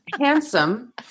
Handsome